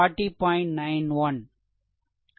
RThevenin 40